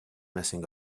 messing